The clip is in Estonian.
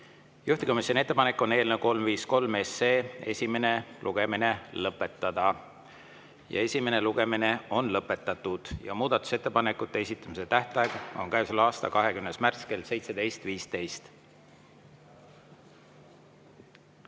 Juhtivkomisjoni ettepanek on eelnõu 353 esimene lugemine lõpetada. Esimene lugemine on lõpetatud. Muudatusettepanekute esitamise tähtaeg on käesoleva aasta 20. märts kell 17.15.